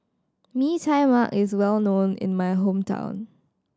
Mee Tai Mak is well known in my hometown